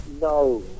No